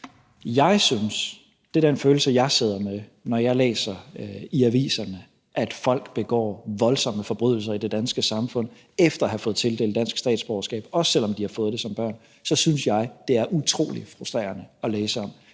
Jeg synes, det er den følelse, jeg sidder med, når jeg læser i aviserne, at folk begår voldsomme forbrydelser i det danske samfund efter at have fået tildelt dansk statsborgerskab, også selv om de har fået det som barn. Så synes jeg, det er utrolig frustrerende at læse om,